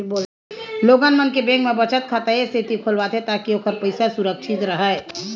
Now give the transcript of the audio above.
लोगन मन बेंक म बचत खाता ए सेती खोलवाथे ताकि ओखर पइसा सुरक्छित राहय